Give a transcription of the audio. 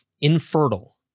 infertile